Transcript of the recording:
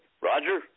Roger